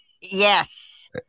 Yes